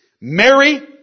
Mary